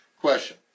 Question